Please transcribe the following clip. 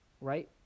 right